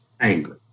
angry